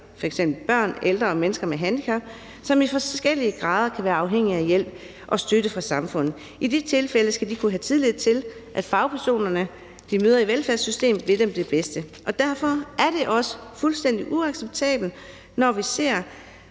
f.eks. børn, ældre og mennesker med handicap, som i forskellig grad kan være afhængige af hjælp og støtte fra samfundet. I de tilfælde skal de kunne have tillid til, at fagpersonerne, de møder i velfærdssystemet, vil dem det bedste. Derfor er det også fuldstændig uacceptabelt, når vi ser